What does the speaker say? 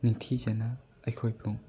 ꯅꯤꯡꯊꯤꯖꯅ ꯑꯩꯈꯣꯏꯕꯨ